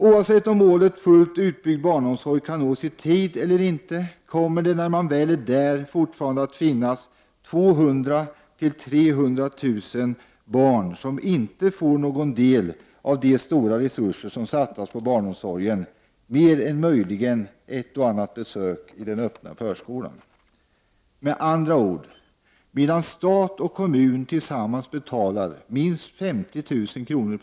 Oavsett om målet fullt utbyggd barnomsorg kan nås i tid eller inte kommer det, när man väl är där, fortfarande att finnas 200 000-300 000 barn som inte får någon del av de stora resurser som satsas på barnomsorgen mer än möjligen ett och annat besök på den öppna förskolan. Med andra ord: Medan stat och kommun tillsammans betalar minst 50 000 kr.